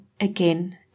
again